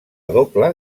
doble